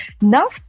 now